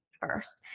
first